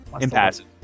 impassive